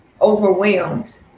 overwhelmed